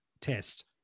test